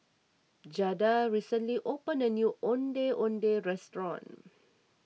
Jada recently opened a new Ondeh Ondeh restaurant